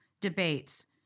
debates